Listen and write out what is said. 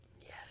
Yes